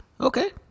Okay